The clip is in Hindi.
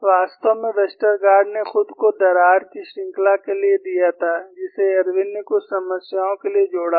वास्तव में वेस्टरगार्ड ने खुद को दरार की श्रृंखला के लिए दिया था जिसे इरविन ने कुछ समस्याओं के लिए जोड़ा था